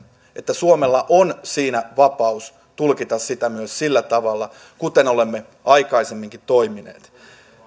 että suomella on siinä vapaus tulkita sitä myös sillä tavalla kuten olemme aikaisemminkin toimineet